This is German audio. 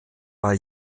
bei